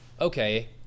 okay